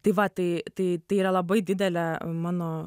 tai va tai tai tai yra labai didelė mano